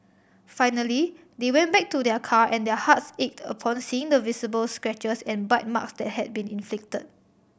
finally they went back to their car and their hearts ached upon seeing the visible scratches and bite marks that had been inflicted